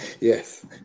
Yes